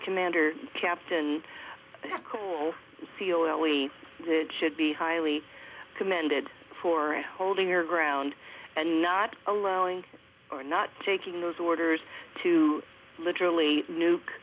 commander captain cool seal alley should be highly commended for holding their ground and not allowing or not taking those orders to literally nuke